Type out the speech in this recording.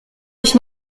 ich